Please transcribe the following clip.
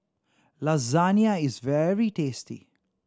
lasagne is very tasty